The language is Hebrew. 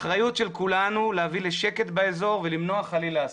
האחריות של כולנו היא להביא לשקט באזור ולמנוע חלילה אסון.